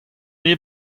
hini